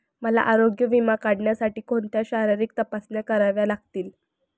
मला आरोग्य विमा काढण्यासाठी कोणत्या शारीरिक तपासण्या कराव्या लागतील?